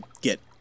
get